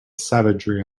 savagery